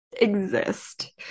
exist